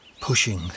pushing